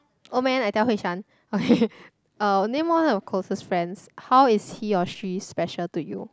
oh man I tell Hui Shan okay uh name one of your closest friends how is he or she special to you